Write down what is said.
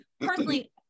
personally-